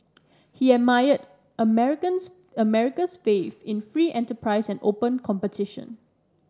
he admired American's America's faith in free enterprise and open competition